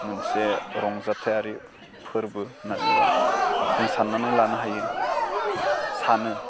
मोनसे रंजाथायारि फोर्बो होन्नानैबा जों सान्नानै लानो हायो सानो